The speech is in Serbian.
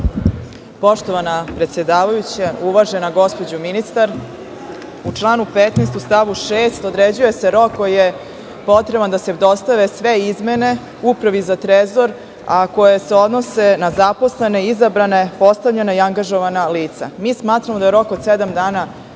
Poštovana predsedavajuća, uvažena gospođo ministar, u članu 15. u stavu 6. određuje se rok koji je potreban da se dostave sve izmene Upravi za Trezor, a koje se odnose na zaposlena, izabrana, postavljena i angažovana lica. Smatramo da je rok od sedam